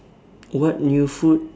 what new food